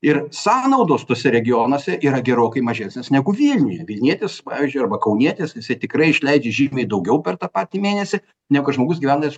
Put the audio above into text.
ir sąnaudos tuose regionuose yra gerokai mažesnės negu vilniuje vilnietis pavyzdžiui arba kaunietis jisai tikrai išleidžia žymiai daugiau per tą patį mėnesį negu žmogus gyvenantis